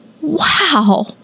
Wow